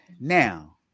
now